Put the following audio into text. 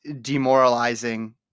demoralizing